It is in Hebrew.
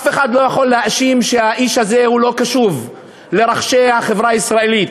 אף אחד לא יכול להאשים שהאיש הזה לא קשוב לרחשי החברה הישראלית.